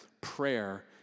prayer